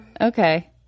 Okay